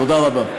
תודה רבה.